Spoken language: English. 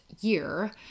year